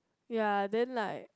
ya then like